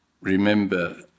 remember